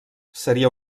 seria